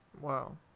Wow